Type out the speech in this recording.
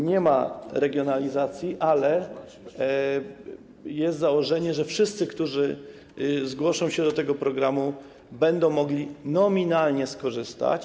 Nie ma regionalizacji, ale jest założenie, że wszyscy, którzy zgłoszą się do tego programu, będą mogli nominalnie z tego skorzystać.